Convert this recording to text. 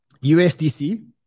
USDC